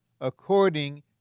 according